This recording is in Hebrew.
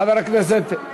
חבר הכנסת איל.